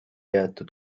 jäetud